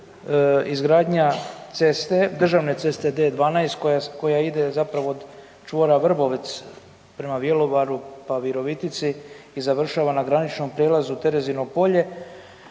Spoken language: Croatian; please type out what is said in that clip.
izgradnja ceste, državne ceste D12 koja koja ide zapravo od čvora Vrbovec prema Bjelovaru, pa Virovitici i završava na graničnom prijelazu Terezino polje,